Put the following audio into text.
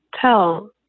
tell